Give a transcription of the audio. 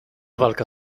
walka